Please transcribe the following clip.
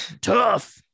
tough